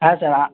হ্যাঁ স্যার